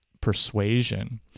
persuasion